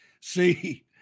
See